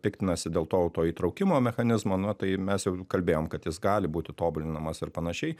piktinasi dėl to auto įtraukimo mechanizmo na tai mes jau kalbėjom kad jis gali būti tobulinamas ir panašiai